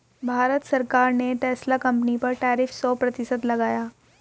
भारत सरकार ने Tesla company पर टैरिफ सो प्रतिशत लगाया